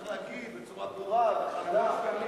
צריך להגיד בצורה ברורה וחלקה,